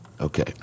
Okay